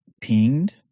pinged